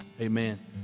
Amen